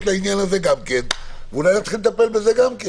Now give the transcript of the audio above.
גם לעניין הזה ואולי --- צריכים לטפל בזה גם כן